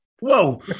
Whoa